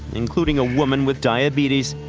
including a woman with diabetes,